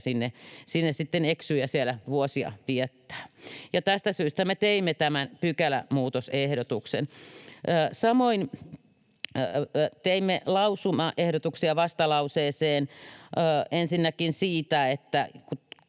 sinne sitten eksyy ja siellä vuosia viettää. Tästä syystä me teimme tämän pykälämuutosehdotuksen. Samoin teimme lausumaehdotuksia vastalauseeseen ensinnäkin siitä, että